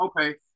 Okay